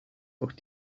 auch